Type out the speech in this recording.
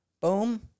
Boom